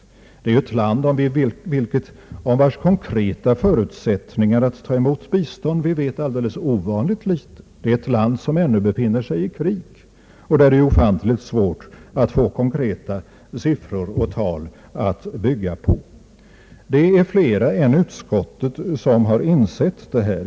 Vietnam är ett land om vars konkreta förutsättningar att ta emot bistånd vi vet alldeles för litet. Det är ett land som ännu befinner sig i krig, och där det är ofantligt svårt att få konkreta siffror och tal att bygga på. Det är flera än utskottet som insett detta.